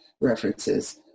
references